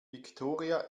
victoria